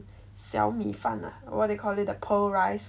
小米饭 ah what do you call it the pearl rice